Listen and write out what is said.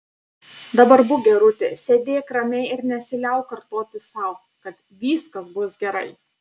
dabar būk gerutė sėdėk ramiai ir nesiliauk kartoti sau kad viskas bus gerai